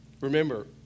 Remember